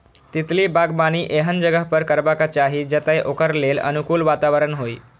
तितली बागबानी एहन जगह पर करबाक चाही, जतय ओकरा लेल अनुकूल वातावरण होइ